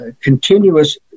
continuous